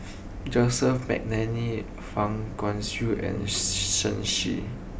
Joseph Mcnally Fang Guixiang and Shen Xi